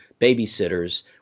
babysitters –